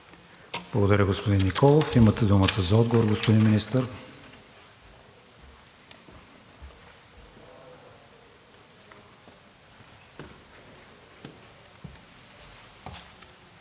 Благодаря, господин Николов. Имате думата за отговор, господин Министър.